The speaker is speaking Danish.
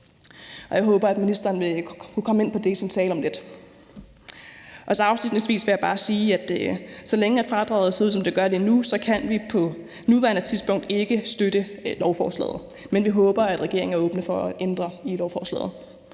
Jeg håber, at ministeren kan komme ind på det i sin tale om lidt. Afslutningsvis vil jeg bare sige, at så længe fradraget ser ud, som det gør lige nu, kan vi på nuværende tidspunkt ikke støtte lovforslaget. Men vi håber, regeringen er åben over for at ændre i lovforslaget.